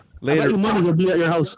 Later